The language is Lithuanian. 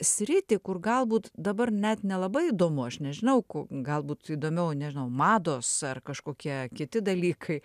sritį kur galbūt dabar net nelabai įdomu aš nežinau ku galbūt įdomiau nežinau mados ar kažkokie kiti dalykai